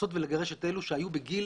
לנסות ולגרש את אלו שהיו בגיל